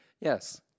Yes